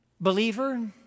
Believer